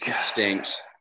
stinks